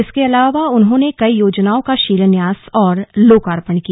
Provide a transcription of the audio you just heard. इसके अलावा उन्होंने कई योजनाओं का शिलान्यास और लोकार्पण किया